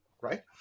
right